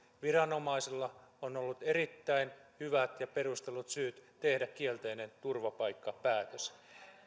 viranomaisilla on ollut erittäin hyvät ja perustellut syyt tehdä kielteinen turvapaikkapäätös